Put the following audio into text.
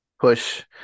push